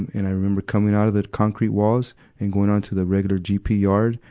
and i remember coming out of the concrete walls and going onto the regular gp yards.